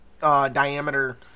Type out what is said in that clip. diameter